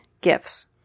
gifts